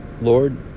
Lord